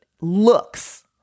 looks